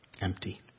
Empty